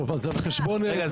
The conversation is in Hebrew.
טוב, אז על חשבון זמן